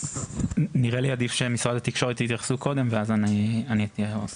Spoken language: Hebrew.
נראה לי עדיף שמשרד התקשורת יתייחסו קודם ואז אני אוסיף.